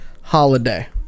holiday